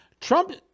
Trump